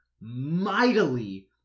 mightily